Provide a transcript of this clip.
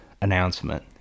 announcement